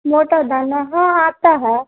मोटा दाना हाँ आता है